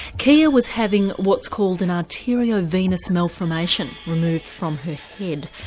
kia was having what's called an arteriovenous malformation removed from her head,